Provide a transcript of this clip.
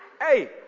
hey